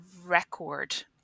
record